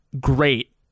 great